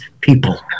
people